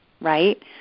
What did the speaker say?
right